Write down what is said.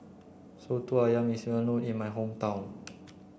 Soto Ayam is well known in my hometown